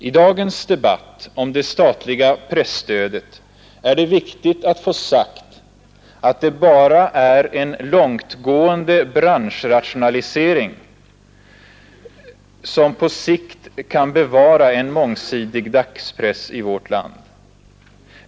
I dagens debatt om det statliga presstödet är det viktigt att få sagt att det bara är genom en långtgående branschrationalisering som man på sikt kan bevara en mångsidig dagspress i vårt land.